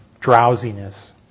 drowsiness